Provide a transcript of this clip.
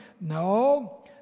No